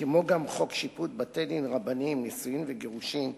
כמו גם חוק שיפוט בתי-דין רבניים (נישואין וגירושין),